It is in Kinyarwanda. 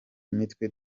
nitwe